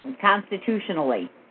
constitutionally